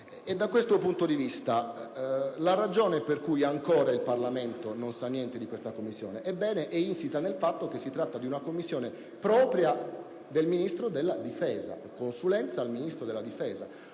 Da questo punto di vista, la ragione per cui ancora il Parlamento non sa niente di questa commissione è insita nel fatto che si tratta di una commissione propria del Ministro della difesa, che svolge un'opera